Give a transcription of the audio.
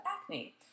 acne